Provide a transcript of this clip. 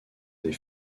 des